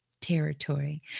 territory